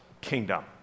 kingdom